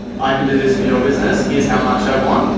i can do this for your business. here's how much i want.